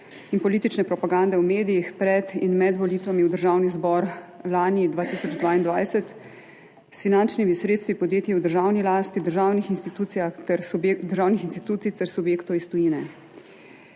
in politične propagande v medijih pred in med volitvami v Državni zbor lani, leta 2022, s finančnimi sredstvi podjetij v državni lasti, državnih institucij ter subjektov iz tujine.